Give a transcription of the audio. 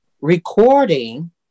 recording